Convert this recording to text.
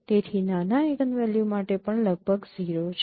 તેથી નાના આઇગનવેલ્યુ માટે પણ લગભગ 0 છે